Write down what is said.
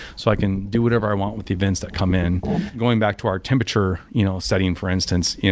so i can do whatever i want with events that come in going back to our temperature you know setting for instance, yeah